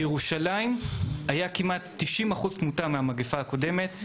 אז בירושלים הייתה כמעט 90% תמותה מהמגפה הקודמת.